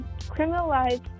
criminalized